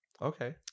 Okay